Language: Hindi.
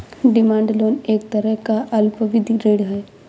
डिमांड लोन एक तरह का अल्पावधि ऋण है